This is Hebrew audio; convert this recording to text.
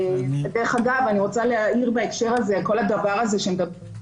דרך אגב אני רוצה להעיר בהקשר הזה על כל הדבר הזה שמדברים,